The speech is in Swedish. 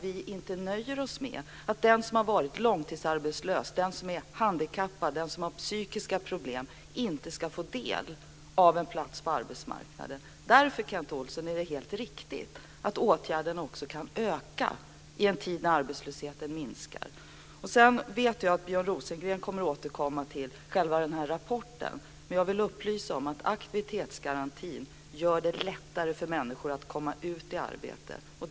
Vi nöjer oss inte med att den som har varit långtidsarbetslös, den som är handikappad och den som har psykiska problem inte ska få en plats på arbetsmarknaden. Därför, Kent Olsson, är det helt riktigt att åtgärderna kan öka också i en tid när arbetslösheten minskar. Jag vet att Björn Rosengren kommer att återkomma till själva rapporten, men jag vill upplysa om att aktivitetsgarantin gör det lättare för människor att komma ut i arbete.